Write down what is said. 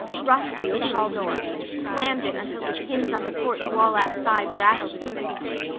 rushed to the hall door, slammed it until the tins on the porch wall outside rattled in sympathy,